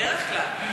בדרך כלל.